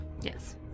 Yes